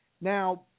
Now